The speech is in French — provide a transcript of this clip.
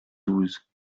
douze